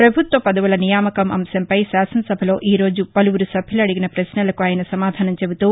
ప్రపభుత్వ పదవుల నియామకం అంశంపై శాసనసభలో ఈ రోజు పలువురు సభ్యులు అడిగిన ప్రపశ్సలకు ఆయన సమాధానం చెబుతూ